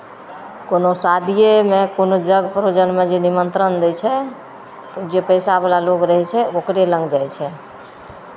कोनो शादिएमे कोनो यज्ञ प्रयोजनमे जे निमन्त्रण दै छै तऽ जे पैसावला लोग रहै छै ओकरे लग जाइ छै